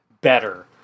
better